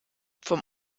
vom